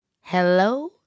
Hello